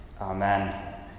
Amen